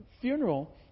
funeral